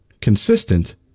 consistent